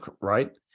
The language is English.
right